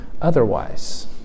otherwise